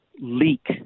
leak